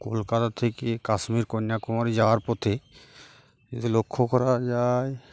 কলকাতা থেকে কাশ্মীর কন্যাকুমারী যাওয়ার পথে যদি লক্ষ্য করা যায়